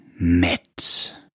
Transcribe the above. met